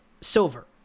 silver